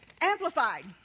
Amplified